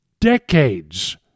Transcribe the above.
decades